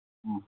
ம்